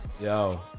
Yo